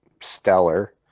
stellar